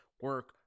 Work